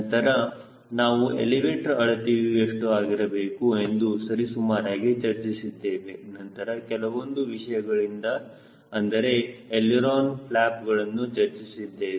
ನಂತರ ನಾವು ಎಲಿವೇಟರ್ ಅಳತೆಯು ಎಷ್ಟು ಆಗಿರಬೇಕು ಎಂದು ಸರಿಸುಮಾರಾಗಿ ಚರ್ಚಿಸಿದ್ದೇವೆ ನಂತರ ಕೆಲವೊಂದು ವಿಷಯಗಳನ್ನು ಅಂದರೆ ಎಳಿರೋನ ಫ್ಲ್ಯಾಪ್ಗಳನ್ನು ಚರ್ಚಿಸಿದ್ದೇವೆ